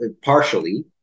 partially